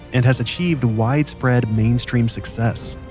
and has achieved widespread mainstream success.